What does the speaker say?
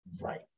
Right